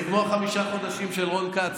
זה כמו חמשת החודשים של רון כץ,